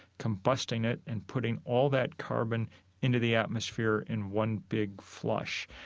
combusting it, and putting all that carbon into the atmosphere in one big flush